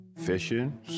Fishing